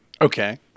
Okay